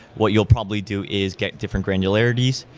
what you'll probably do is get different granularities,